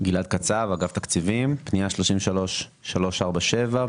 פנייה 33347,